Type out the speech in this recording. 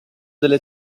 delle